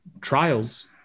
trials